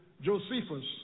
Josephus